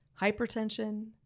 hypertension